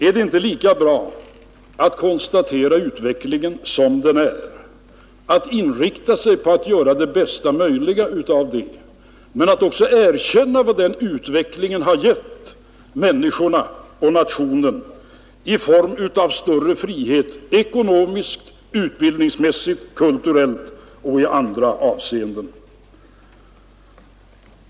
Är det inte lika bra att konstatera utvecklingen sådan som den är och inrikta sig på att göra det bästa möjliga av den faktiska situationen men också erkänna vad utvecklingen har gett människorna och nationen i form av större frihet ekonomiskt, utbildningsmässigt, kulturellt och i andra avseenden.